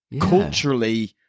culturally